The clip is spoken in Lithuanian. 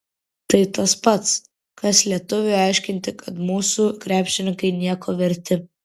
tai tas pats kas lietuviui aiškinti kad mūsų krepšininkai nieko verti